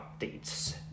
updates